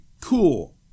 cool